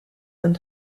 von